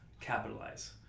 capitalize